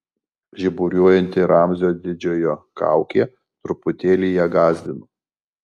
žiburiuojanti ramzio didžiojo kaukė truputėlį ją gąsdino